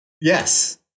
Yes